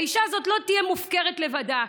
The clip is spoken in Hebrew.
האישה הזאת לא תהיה מופקרת לבדה,